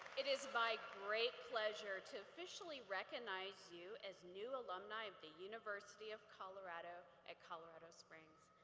it is my great pleasure to officially recognize you as new alumni of the university of colorado at colorado springs.